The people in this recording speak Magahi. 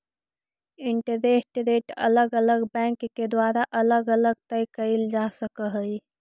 इंटरेस्ट रेट अलग अलग बैंक के द्वारा अलग अलग तय कईल जा सकऽ हई